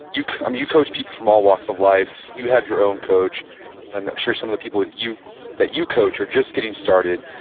you um you coach people from all walks of life, you have your own coach. and i'm sure some of the people that you that you coach are just getting started.